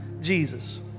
Jesus